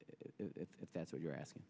if that's what you're asking